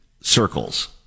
circles